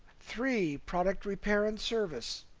three product repair and service,